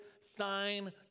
sign